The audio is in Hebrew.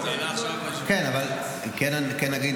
אבל כן אגיד